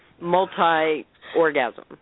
multi-orgasm